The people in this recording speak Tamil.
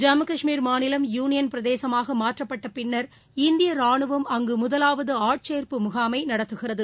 ஜம்மு காஷ்மீர் மாநிலம் யூனியன் பிரதேசமாக மாற்றப்பட்ட பின்னர் இந்திய ராணுவம் அங்கு முதலாவது ஆட்சே்ப்பு முகாமை நடத்துகிறது